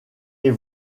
est